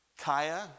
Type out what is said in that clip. Kaya